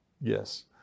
Yes